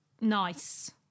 nice